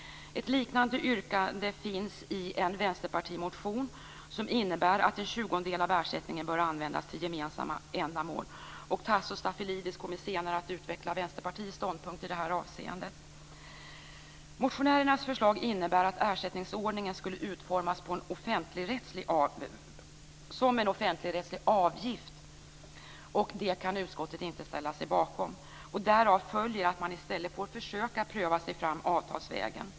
Ett liknande yrkande finns i en vänsterpartimotion som innebär att en tjugondel av ersättningen bör användas till gemensamma ändamål. Tasso Stafilidis kommer senare att utveckla Vänsterpartiets ståndpunkt i det här avseendet. Motionärernas förslag innebär att ersättningsordningen skulle utformas som en offentligrättslig avgift. Det kan inte utskottet ställa sig bakom. Därav följer att man i stället får försöka att pröva sig fram avtalsvägen.